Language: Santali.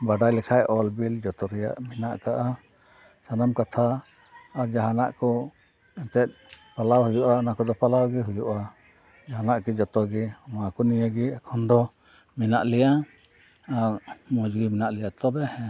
ᱵᱟᱰᱟᱭ ᱞᱮᱠᱷᱟᱱ ᱚᱞ ᱵᱤᱞ ᱡᱚᱛᱚ ᱨᱮᱭᱟᱜ ᱢᱮᱱᱟᱜ ᱟᱠᱟᱜᱼᱟ ᱥᱟᱱᱟᱢ ᱠᱟᱛᱷᱟ ᱟᱨ ᱡᱟᱦᱟᱱᱟᱜ ᱠᱚ ᱮᱱᱛᱮᱫ ᱯᱟᱞᱟᱣ ᱦᱩᱭᱩᱜᱼᱟ ᱚᱱᱟ ᱠᱚᱫᱚ ᱯᱟᱞᱟᱣ ᱜᱮ ᱦᱩᱭᱩᱜᱼᱟ ᱡᱟᱦᱟᱱᱟᱜ ᱜᱮ ᱡᱚᱛᱚ ᱜᱮ ᱱᱚᱣᱟ ᱠᱚ ᱱᱤᱭᱮ ᱜᱮ ᱮᱠᱷᱚᱱ ᱫᱚ ᱢᱮᱱᱟᱜ ᱞᱮᱭᱟ ᱟᱨ ᱢᱚᱡᱽ ᱜᱮ ᱢᱮᱱᱟᱜ ᱞᱮᱭᱟ ᱛᱚᱵᱮ ᱦᱮᱸ